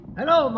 Hello